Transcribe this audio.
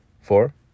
Four